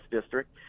district